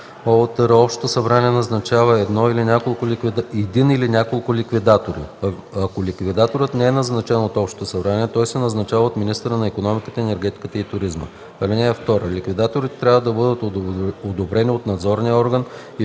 ОУТР общото събрание назначава един или няколко ликвидатори. Ако ликвидаторът не е назначен от общото събрание, той се назначава от министъра на икономиката, енергетиката и туризма. (2) Ликвидаторите трябва да бъдат одобрени от надзорния орган и